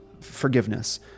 forgiveness